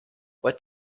what